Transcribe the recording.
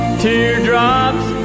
teardrops